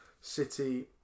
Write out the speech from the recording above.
City